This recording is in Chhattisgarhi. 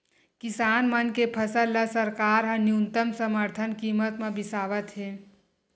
किसान मन के फसल ल सरकार ह न्यूनतम समरथन कीमत म बिसावत हे